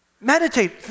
Meditate